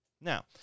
Now